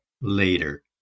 later